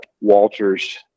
Walter's